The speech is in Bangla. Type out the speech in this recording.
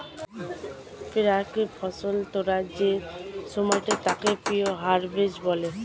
প্রাক্ ফসল তোলার যে সময়টা তাকে প্রি হারভেস্ট বলে